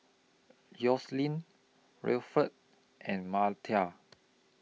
Yoselin Winnifred and Myrtie